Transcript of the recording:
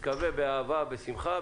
אני מקווה באהבה ובשמחה.